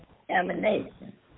examination